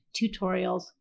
tutorials